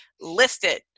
listed